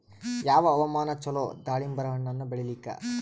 ಯಾವ ಹವಾಮಾನ ಚಲೋ ದಾಲಿಂಬರ ಹಣ್ಣನ್ನ ಬೆಳಿಲಿಕ?